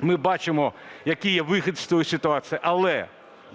ми бачимо, який є вихід з цієї ситуації. Але